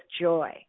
joy